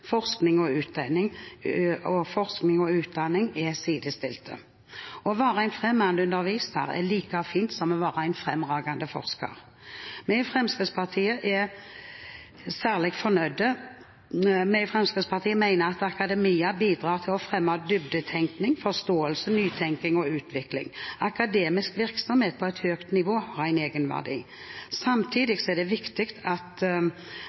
forskning og utdanning – er sidestilt. Å være en fremragende underviser er like fint som å være en fremragende forsker. Vi i Fremskrittspartiet mener akademia bidrar til å fremme dybdetenkning, forståelse, nytenkning og utvikling. Akademisk virksomhet på et høyt nivå har en egenverdi. Samtidig er det viktig at